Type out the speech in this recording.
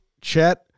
Chet